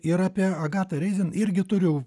ir apie agatą reizen irgi turiu